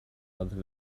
other